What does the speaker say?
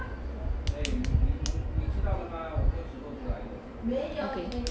okay